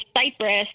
Cyprus